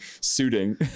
suiting